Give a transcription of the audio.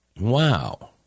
Wow